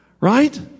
right